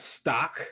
stock